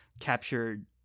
captured